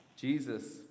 Jesus